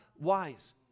wise